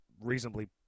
reasonably